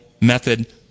method